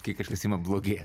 kai kažkas ima blogėt